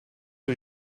are